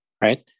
right